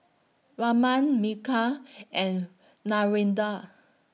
Raman Milkha and Narendra